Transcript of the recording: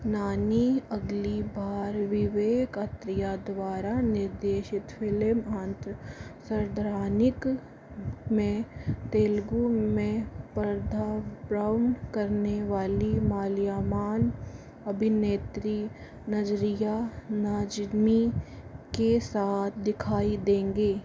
नानी अगली बार विवेक अत्रेया द्वारा निर्देशित फिलिम अंता सर्दरानिक में तेलुगु में पर्धा ब्राउन करने वाली मलयालम अभिनेत्री नज़रिया नजमी के साथ दिखाई देंगे